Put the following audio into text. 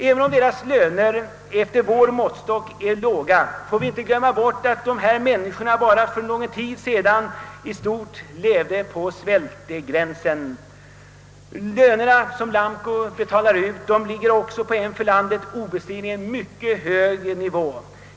Även om deras löner efter vår måttstock är låga, får vi inte glömma bort, att dessa människor bara för någon tid sedan till stor del levt på svältgränsen. Lönerna som Lamco betalar ligger också på en för landet obestridligen mycket hög nivå.